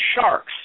sharks